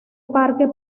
parque